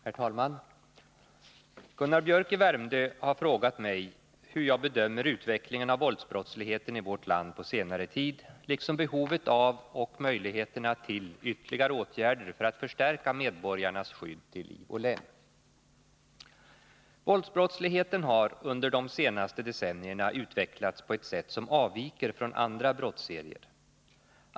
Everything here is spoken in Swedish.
Herr talman! Gunnar Biörck i Värmdö har frågat mig hur jag bedömer utvecklingen av våldsbrottsligheten i vårt land på senare tid liksom behovet av och möjligheterna till ytterligare åtgärder för att förstärka medborgarnas skydd till liv och lem. Våldsbrottsligheten har under de senaste decennierna utvecklats på ett sätt som avviker från andra brottsserier.